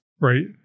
right